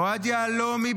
אוהד יהלומי,